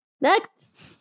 Next